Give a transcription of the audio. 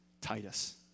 Titus